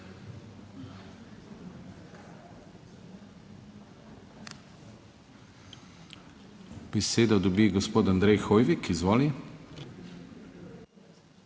Besedo dobi gospod Andrej Hoivik. Izvoli.